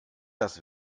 das